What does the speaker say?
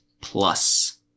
Plus